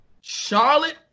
Charlotte